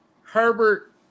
Herbert